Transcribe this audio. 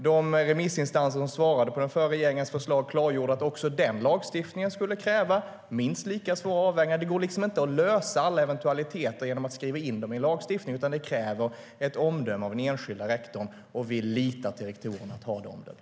De remissinstanser som svarade på den förra regeringens förslag klargjorde att också den lagstiftningen skulle kräva minst lika svåra avvägningar. Det går liksom inte att lösa alla eventualiteter genom att skriva in dem i en lagstiftning, utan det krävs omdöme av den enskilda rektorn. Vi litar på att rektorerna har det omdömet.